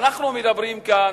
אנחנו מדברים כאן,